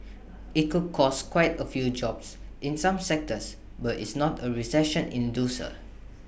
IT could cost quite A few jobs in some sectors but it's not A recession inducer